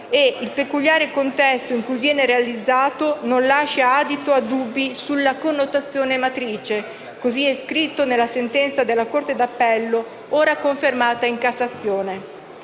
e il peculiare contesto in cui venne realizzato non lasca adito a dubbi sulla connotazione e matrice, come è scritto nella sentenza della corte d'appello ora confermata in Cassazione.